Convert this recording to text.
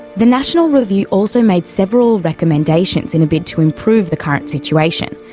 the national review also made several recommendations in a bid to improve the current situation,